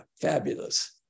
fabulous